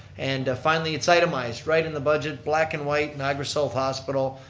and finally it's itemized right in the budget, black and white, niagara south hospital.